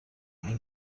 این